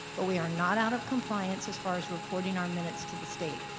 but we are not out of compliance as far as reporting our minutes to the state.